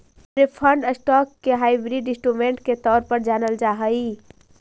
preferred stock के hybrid instrument के तौर पर जानल जा हइ